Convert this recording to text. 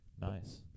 Nice